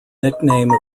nickname